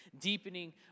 deepening